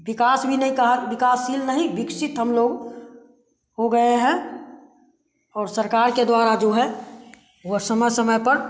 विकास भी नहीं कहा विकासशील नहीं विकसित हम लोग हो गए हैं और सरकार के द्वारा जो है वह समय समय पर